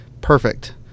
perfect